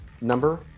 number